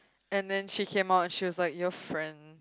and then she came out she was like your friend